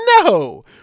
No